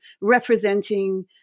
representing